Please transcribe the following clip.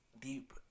deep